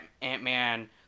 ant-man